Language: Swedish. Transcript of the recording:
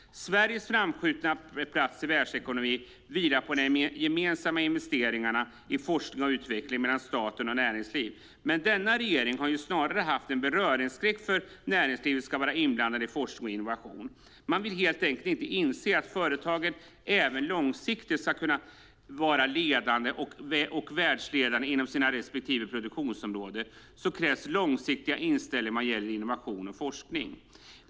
Sveriges framskjutna plats i världsekonomin vilar på gemensamma investeringar i forskning och utveckling mellan staten och näringslivet. Men denna regering har snarast haft en beröringsskräck för att näringslivet ska vara inblandat i forskning och innovation. Man vill helt enkelt inte inse att för att företagen även långsiktigt ska kunna vara ledande och världsledande inom sina respektive produktionsområden krävs långsiktiga insatser vad gäller forskning och innovation.